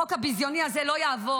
החוק הביזיוני הזה לא יעבור.